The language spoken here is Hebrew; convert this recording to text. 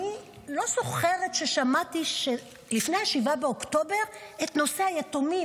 שאני לא זוכרת ששמעתי לפני 7 באוקטובר את נושא היתומים,